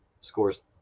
scores